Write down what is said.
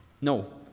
No